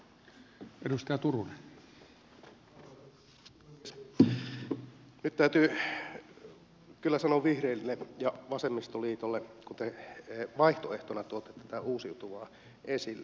nyt täytyy kyllä sanoa vihreille ja vasemmistoliitolle kun te vaihtoehtona tuotte tätä uusiutuvaa esille